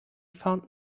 found